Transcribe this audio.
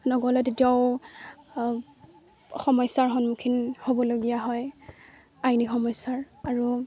নগ'লে তেতিয়াও সমস্যাৰ সন্মুখীন হ'বলগীয়া হয় আইনী সমস্যাৰ আৰু